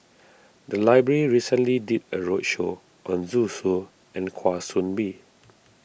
the library recently did a roadshow on Zhu Xu and Kwa Soon Bee